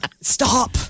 Stop